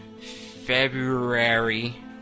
February